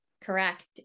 Correct